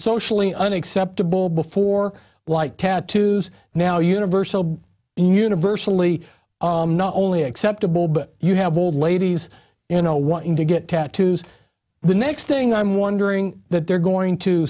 socially unacceptable before like tattoos now universal universally not only acceptable but you have old ladies you know wanting to get tat the next thing i'm wondering that they're going to